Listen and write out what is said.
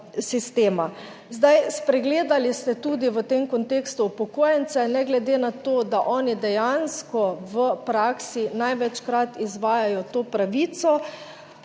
Zdaj, spregledali ste tudi v tem kontekstu upokojence, ne glede na to, da oni dejansko v praksi največkrat izvajajo to pravico,